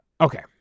okay